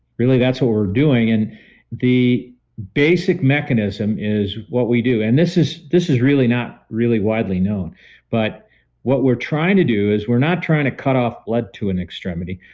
really that's what we're doing and the basic mechanism is what we do. and this is this is really not really widely known but what we're trying to do is we're not trying to cut off blood to an extremity,